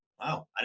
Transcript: wow